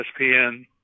ESPN